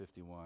51